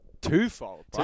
twofold